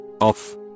off